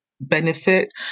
benefit